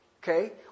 Okay